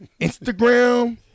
Instagram